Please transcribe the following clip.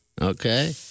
Okay